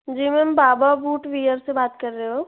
जी ma'am बाबा boot wear से बात कर रहे हो